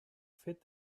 fit